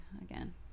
again